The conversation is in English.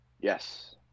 Yes